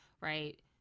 right